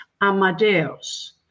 Amadeus